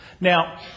Now